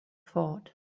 thought